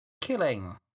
killing